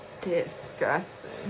Disgusting